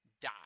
die